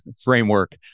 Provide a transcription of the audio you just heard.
framework